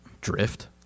drift